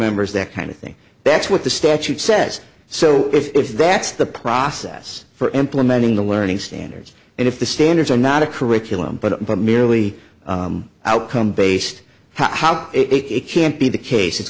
members that kind of thing that's what the statute says so if that's the process for implementing the learning standards and if the standards are not a curriculum but merely outcome based how it can't be the case